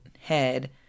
head